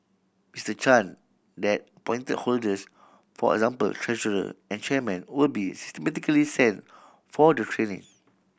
Mister Chan that appoint holders for example treasurer and chairmen will be systematically sent for the training